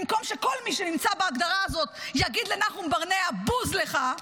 במקום שכל מי שנמצא בהגדרה הזאת יגיד לנחום ברנע: בוז לך,